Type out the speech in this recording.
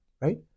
right